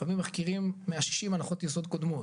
לפעמים מחקרים מאששים הנחות יסוד קודמות.